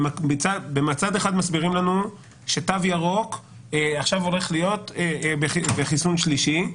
מצד אחד מסבירים לנו שתו ירוק עכשיו הולך להיות בחיסון שלישי,